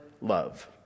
love